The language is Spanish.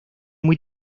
muy